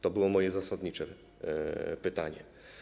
To było moje zasadnicze pytanie.